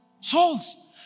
Souls